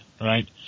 right